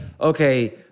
okay